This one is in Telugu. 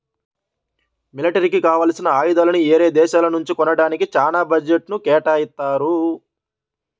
మిలిటరీకి కావాల్సిన ఆయుధాలని యేరే దేశాల నుంచి కొంటానికే చానా బడ్జెట్ను కేటాయిత్తారు